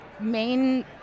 main